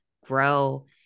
grow